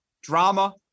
drama